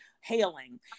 hailing